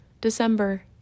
December